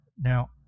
Now